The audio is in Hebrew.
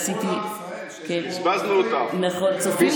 לכל